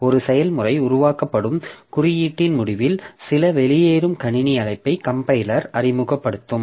ஒரு செயல்முறைக்கு உருவாக்கப்படும் குறியீட்டின் முடிவில் சில வெளியேறும் கணினி அழைப்பை கம்பைலர் அறிமுகப்படுத்தும்